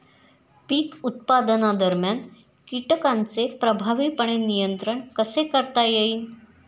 पीक उत्पादनादरम्यान कीटकांचे प्रभावीपणे नियंत्रण कसे करता येईल?